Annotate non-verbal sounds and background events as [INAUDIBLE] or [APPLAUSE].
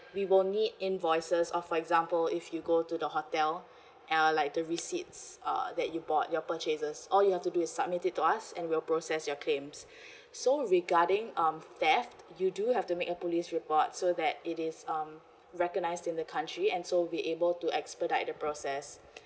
we will need invoices or for example if you go to the hotel [BREATH] uh like the receipts uh that you bought your purchases all you have to do is submit it to us and we'll process your claims [BREATH] so regarding um theft you do have to make a police report so that it is um recognised in the country and so will able to expedite the process